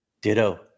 Ditto